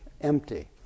empty